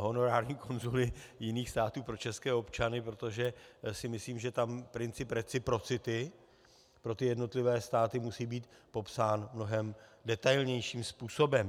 honorární konzuly jiných států pro české občany, protože si myslím, že tam princip reciprocity pro jednotlivé státy musí být popsán mnohem detailnějším způsobem.